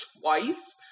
twice